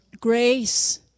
Grace